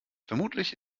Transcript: vermutlich